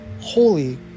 holy